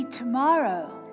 tomorrow